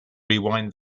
rewind